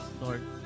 Lord